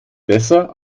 besser